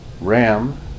RAM